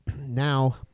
now